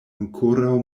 ankoraŭ